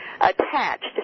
attached